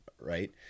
right